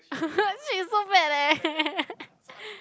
shit so bad eh